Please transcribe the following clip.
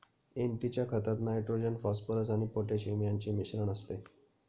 NP च्या खतात nitrogen, phosphorus आणि पोटॅशियम यांचे मिश्रण असते